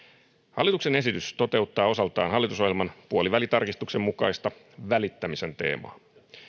hallituksen esitys toteuttaa osaltaan hallitusohjelman puolivälitarkistuksen mukaista välittämisen teemaa